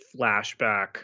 flashback